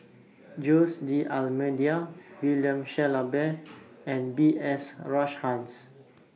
Jose D'almeida William Shellabear and B S Rajhans